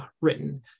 written